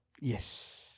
Yes